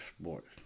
sports